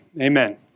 amen